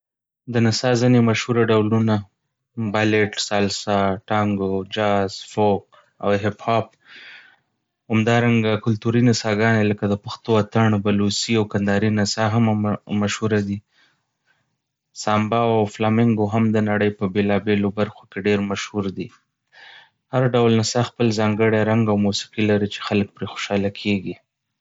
د نڅا ځینې مشهور ډولونه بالېټ، سالسا، ټانګو، جاز، فوک، او هیپ هاپ. همدارنګه، کلتوري نڅاګانې لکه د پښتو اتڼ، بلوڅي، او کندهاري نڅا هم مشهوره دي. سامبا، او فلامینګو هم د نړۍ په بیلابیلو برخو کې ډېر مشهور دي. هر ډول نڅا خپل ځانګړی رنګ او موسیقي لري چې خلک پرې خوشحاله کېږي.